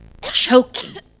choking